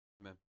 Amen